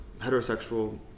Heterosexual